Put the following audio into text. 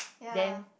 ya